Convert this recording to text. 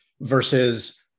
versus